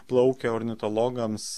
plaukia ornitologams